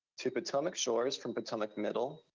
to potomac shores from potomac middle,